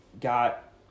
got